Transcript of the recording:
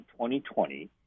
2020